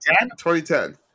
2010